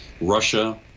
russia